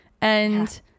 And-